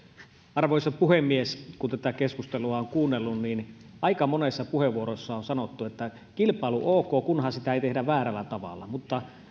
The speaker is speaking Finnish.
arvoisa puhemies kun tätä keskustelua on kuunnellut niin aika monessa puheenvuorossa on sanottu että kilpailu on ok kunhan sitä ei tehdä väärällä tavalla mutta